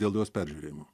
dėl jos peržiūrėjimo